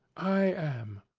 i am.